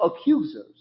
accusers